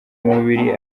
umubiri